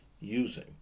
using